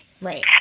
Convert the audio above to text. Right